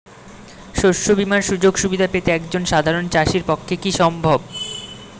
শস্য বীমার সুযোগ সুবিধা পেতে একজন সাধারন চাষির পক্ষে কি সম্ভব?